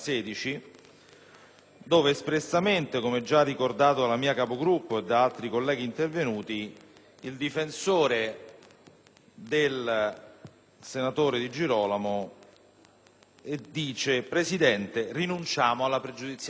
dove espressamente, come già ricordato dalla mia Capogruppo e da altri colleghi intervenuti, il difensore del senatore Di Girolamo dice al Presidente di rinunciare alla pregiudiziale penale.